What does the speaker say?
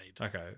okay